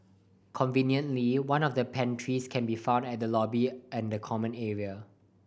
conveniently one of the pantries can be found at the lobby and common area